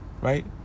Right